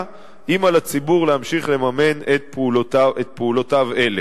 האם על הציבור להמשיך לממן את פעולותיו אלה.